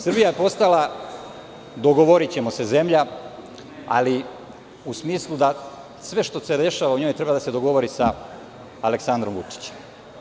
Srbija je postala „dogovorićemo se“ zemlja, ali u smislu da sve što se dešava njoj treba da se dogovori sa Aleksandrom Vučićem.